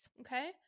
okay